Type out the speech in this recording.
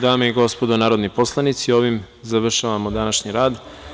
Dame i gospodo narodni poslanici, ovim završavamo današnji rad.